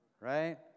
right